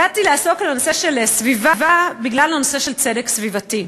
הגעתי לעסוק בנושא הסביבה בגלל הנושא של צדק סביבתי.